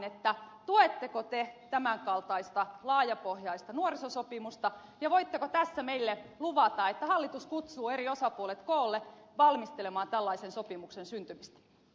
tuetteko te tämän kaltaista laajapohjaista nuorisosopimusta ja voitteko tässä meille luvata että hallitus kutsuu eri osapuolet koolle valmistelemaan tällaisen sopimuksen syntymistä